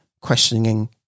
questioning